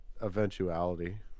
eventuality